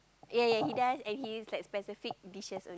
ya ya he does and he's like specific dishes lah